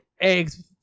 eggs